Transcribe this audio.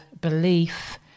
belief